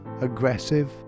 aggressive